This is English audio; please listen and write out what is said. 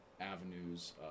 avenues